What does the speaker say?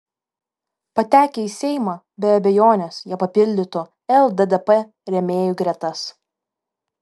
patekę į seimą be abejonės jie papildytų lddp rėmėjų gretas